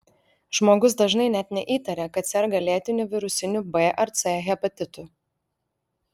žmogus dažnai net neįtaria kad serga lėtiniu virusiniu b ar c hepatitu